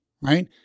right